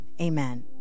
Amen